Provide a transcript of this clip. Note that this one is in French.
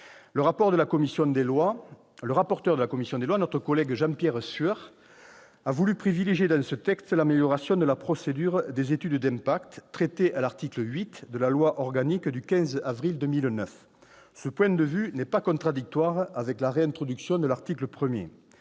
Le rapporteur de la commission des lois, notre collègue Jean-Pierre Sueur, a voulu privilégier dans ce texte l'amélioration de la procédure des études d'impact dont traite l'article 8 de la loi organique du 15 avril 2009. Ce point de vue n'est pas contradictoire avec la réintroduction de l'article 1.